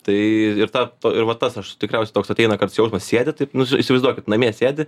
tai ir ta ir va tas aš tikriausiai toks ateina kartais jausmas sėdi taip įsivaizduokit namie sėdi